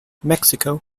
mexico